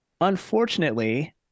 Unfortunately